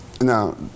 Now